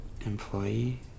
employee